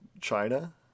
China